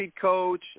coach